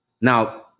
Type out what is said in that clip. Now